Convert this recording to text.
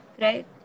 right